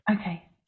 okay